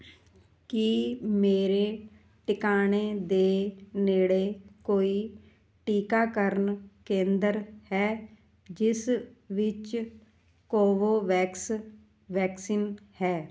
ਕੀ ਮੇਰੇ ਟਿਕਾਣੇ ਦੇ ਨੇੜੇ ਕੋਈ ਟੀਕਾਕਰਨ ਕੇਂਦਰ ਹੈ ਜਿਸ ਵਿੱਚ ਕੋਵੋਵੈਕਸ ਵੈਕਸੀਨ ਹੈ